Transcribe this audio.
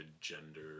gender